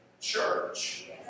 church